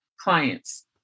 clients